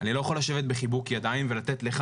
אני לא יכול לשבת בחיבוק ידיים ולתת לך